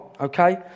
okay